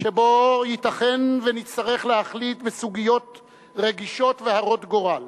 שבו ייתכן שנצטרך להחליט בסוגיות רגישות והרות גורל,